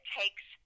takes